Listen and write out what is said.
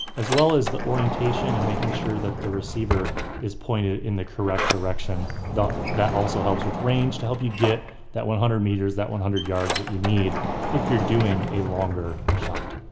as well as the orientation and making sure that the receiver is pointed in the correct direction, that also helps with range, to help you get that one hundred meters, that one hundred yards that you need if you're doing a longer shot.